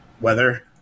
weather